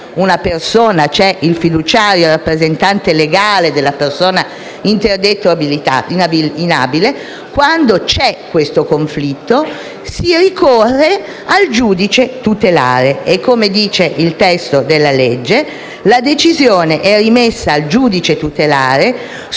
interdetta o inabile - si ricorre al giudice tutelare e, come dice il testo della legge «la decisione è rimessa al giudice tutelare su ricorso del rappresentante legale della persona interessata o